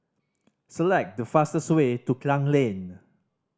select the fastest way to Klang Lane